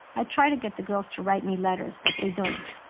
i try to get the girls to write me letters, but they don't.